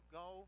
go